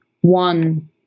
one